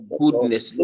goodness